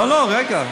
לא, לא, רגע.